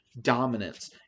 dominance